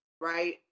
right